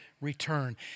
return